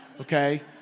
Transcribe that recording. okay